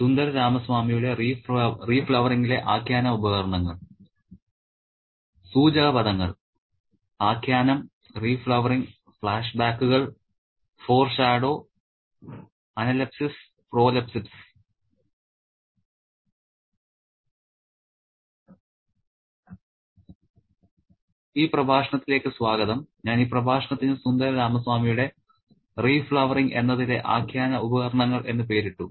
സൂചകപദങ്ങൾ ആഖ്യാനം റീഫ്ലവറിങ് ഫ്ലാഷ്ബാക്കുകൾ foreshadow analepsis prolepsis ഈ പ്രഭാഷണത്തിലേക്ക് സ്വാഗതം ഞാൻ ഈ പ്രഭാഷണത്തിന് 'സുന്ദര രാമസ്വാമിയുടെ' റീഫ്ലവറിംഗ് 'എന്നതിലെ ആഖ്യാന ഉപകരണങ്ങൾ എന്ന് പേരിട്ടു